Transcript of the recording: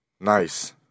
Nice